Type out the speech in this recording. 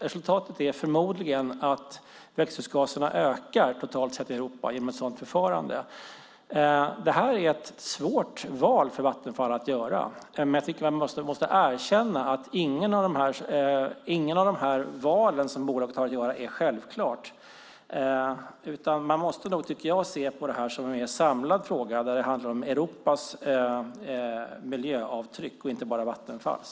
Resultatet blir förmodligen att växthusgaserna ökar totalt sett i Europa genom ett sådant förfarande. Det här är ett svårt val för Vattenfall att göra. Men jag tycker att man måste erkänna att inget av valen som bolaget har att göra är självklart, utan man måste nog, tycker jag, se på det här som en mer samlad fråga där det handlar om Europas miljöavtryck och inte bara Vattenfalls.